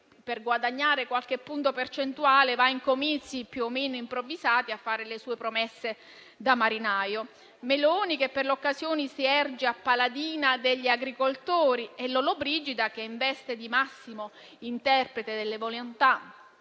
per guadagnare qualche punto percentuale, partecipa a comizi più o meno improvvisati a fare le sue promesse da marinaio. Meloni per l'occasione si erge a paladina degli agricoltori e Lollobrigida, in veste di massimo interprete delle volontà